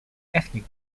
ethnic